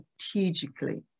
strategically